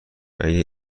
اگر